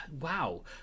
wow